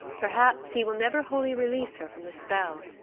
perhaps he will never wholly release her from the spell.